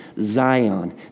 Zion